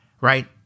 right